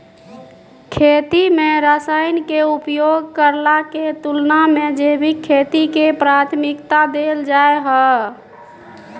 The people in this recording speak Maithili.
खेती में रसायन के उपयोग करला के तुलना में जैविक खेती के प्राथमिकता दैल जाय हय